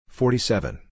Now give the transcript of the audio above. forty-seven